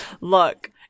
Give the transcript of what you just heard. Look